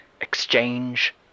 Exchange